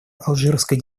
алжирской